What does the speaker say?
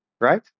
right